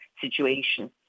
situation